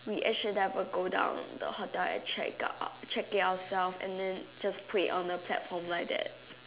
we actual never go down the hotel and check out check it ourself and then just put it on the platform like that